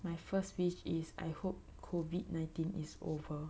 my first wish is I hope COVID nineteen is over